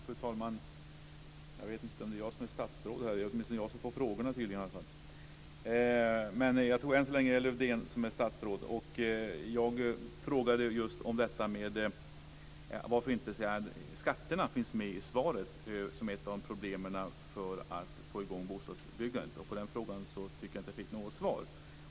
Fru talman! Jag vet inte om det är jag som betraktas som statsråd. Det är åtminstone jag som får frågorna. Men än så länge är det Lars-Erik Lövdén som är statsråd. Jag frågade varför inte skatterna tas upp i svaret som ett av problemen med att få i gång bostadsbyggandet. På den frågan tycker jag inte att jag fick något svar.